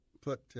put